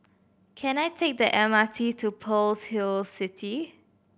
can I take the M R T to Pearl's Hill City